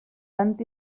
sant